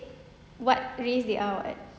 what race they are what